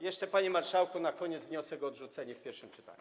Jeszcze, panie marszałku, na koniec wniosek o odrzucenie w pierwszym czytaniu.